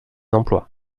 emplois